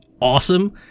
awesome